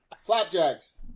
Flapjacks